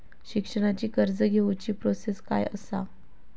शिक्षणाची कर्ज घेऊची प्रोसेस काय असा?